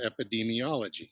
epidemiology